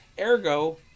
Ergo